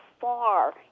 far